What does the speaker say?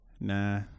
Nah